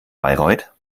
bayreuth